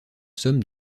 somme